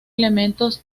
elementos